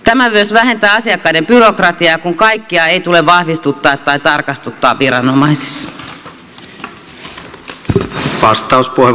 tämä myös vähentää asiakkaiden byrokratiaa kun kaikkea ei tule vahvistuttaa tai tarkastuttaa viranomaisissa